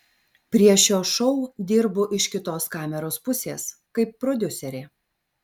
prie šio šou dirbu iš kitos kameros pusės kaip prodiuserė